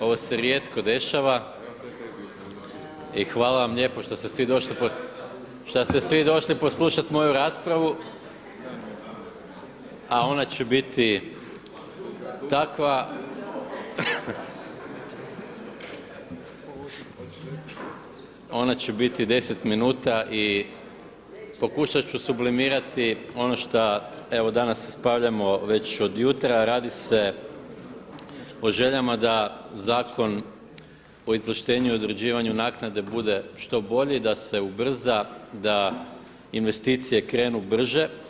Ovo se rijetko dešava i hvala vam lijepo što ste svi došli poslušat moju raspravu, a ona će biti takva, ona će biti 10 minuta i pokušat ću sublimirati ono šta evo danas raspravljamo već od jutra, a radi se o željama da Zakon o izvlaštenju i određivanju naknade bude što bolji, da se ubrza, da investicije krenu brže.